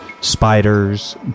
spiders